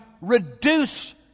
reduce